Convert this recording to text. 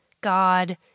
God